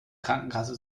krankenkasse